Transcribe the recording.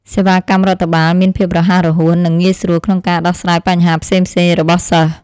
សេវាកម្មរដ្ឋបាលមានភាពរហ័សរហួននិងងាយស្រួលក្នុងការដោះស្រាយបញ្ហាផ្សេងៗរបស់សិស្ស។